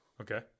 Okay